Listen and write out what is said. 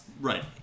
Right